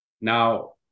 Now